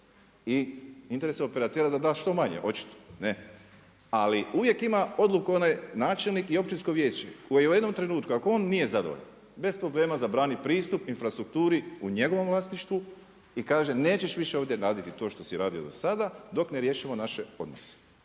i interes je operatera je da da što manje, očito. Ali uvijek ima odluku onaj načelnik i općinsko vijeće koje u jednom trenutku ako on nije zadovoljan, bez problema zabrani pristup infrastrukturi u njegovom vlasništvu, i kaže nećeš više ovdje raditi to što si radio do sada, dok ne riješimo naše odnose.